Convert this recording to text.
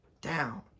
down